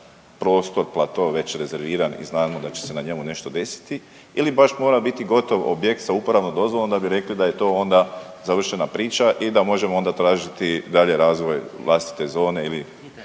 prostor, plato već rezerviran i znamo da će se na njemu nešto desiti ili baš mora biti govor objekt sa uporabnom dozvolom da bi rekli da je to onda završena priča i da možemo onda tražiti dalje razvoj vlastite zone ili